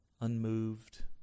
unmoved